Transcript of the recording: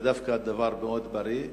זה דווקא דבר מאוד בריא.